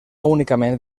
únicament